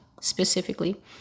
specifically